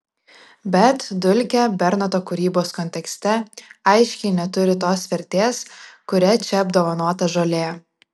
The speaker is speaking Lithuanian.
bet dulkė bernoto kūrybos kontekste aiškiai neturi tos vertės kuria čia apdovanota žolė